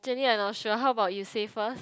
Jenny I not sure how about you say first